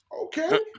Okay